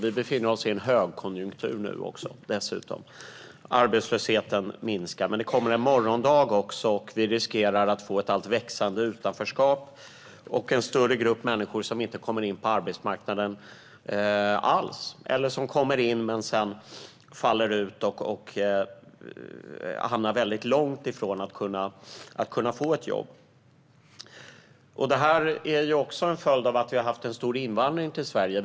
Vi befinner oss dessutom i en högkonjunktur nu och arbetslösheten minskar. Men det kommer en morgondag också, då vi riskerar att få ett allt växande utanförskap och en större grupp människor som inte kommer in på arbetsmarknaden alls eller som kommer in men sedan faller ut och hamnar väldigt långt ifrån möjligheten att få ett jobb. Detta är en följd av att vi haft en stor invandring till Sverige.